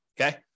Okay